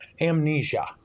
Amnesia